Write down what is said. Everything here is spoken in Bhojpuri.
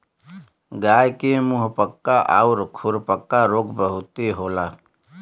गाय के मुंहपका आउर खुरपका रोग बहुते होला